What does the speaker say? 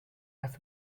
have